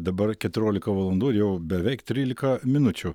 dabar keturiolika valandų jau beveik trylika minučių